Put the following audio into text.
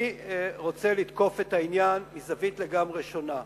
אני רוצה לתקוף את העניין מזווית לגמרי שונה.